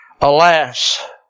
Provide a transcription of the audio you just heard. Alas